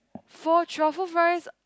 for truffle fries